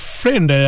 friend